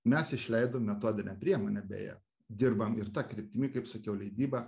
mes išleidom metodinę priemonę beje dirbam ir ta kryptimi kaip sakiau leidyba